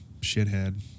shithead